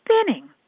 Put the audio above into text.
spinning